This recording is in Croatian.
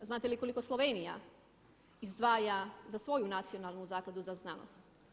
A znate li koliko Slovenija izdvaja za svoju nacionalnu zakladu za znanost?